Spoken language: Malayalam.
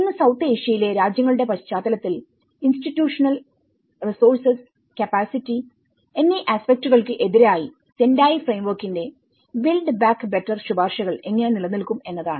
ഒന്ന് സൌത്ത് ഏഷ്യയിലെ രാജ്യങ്ങളുടെ പശ്ചാത്തലത്തിൽ ഇൻസ്റ്റിറ്റൂഷണൽറിസോർസസ് കപ്പാസിറ്റി എന്നീ ആസ്പെക്ട്കൾക്ക് എതിരായി സെൻഡായി ഫ്രെയിംവർക്കിന്റെ ബിൽഡ് ബാക്ക് ബെറ്റർ ശുപാർശകൾ എങ്ങനെ നിലനിൽക്കും എന്നതാണ്